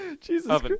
Jesus